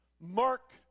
mark